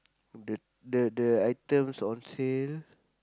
the the the items on sale